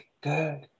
good